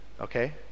okay